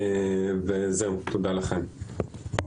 תודה לכם.